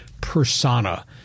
persona